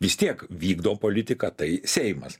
vis tiek vykdo politiką tai seimas